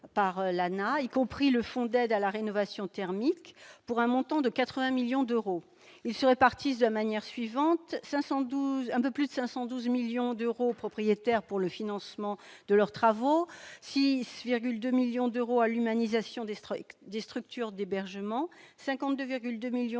d'euros, y compris le fonds d'aide à la rénovation thermique pour un montant de 80 millions d'euros. Ils se répartissent de la manière suivante : 512,1 millions d'euros aux propriétaires pour le financement de leurs travaux ; 6,2 millions d'euros à l'humanisation des structures d'hébergement ; 52,2 millions